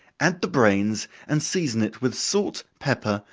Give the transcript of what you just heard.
add the brains, and season it with salt, pepper,